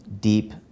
deep